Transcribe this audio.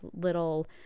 little